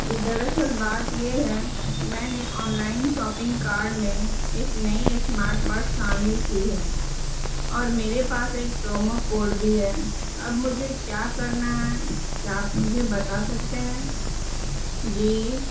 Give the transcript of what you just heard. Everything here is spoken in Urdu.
جی دراصل بات یہ ہے میں نے آنلائن ساپنگ کارڈ میں ایک نئی اسمارٹ واچ شامل کی ہے اور میرے پاس ایک پرومو کوڈ بھی ہے اب مجھے کیا کرنا ہے کیا آپ مجھے بتا سکتے ہیں جی